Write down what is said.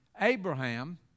Abraham